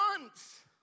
months